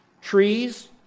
trees